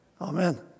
Amen